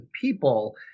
people